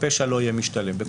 ושהפשע לא יהיה משתלם.